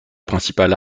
principale